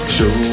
Show